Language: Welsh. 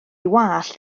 wallt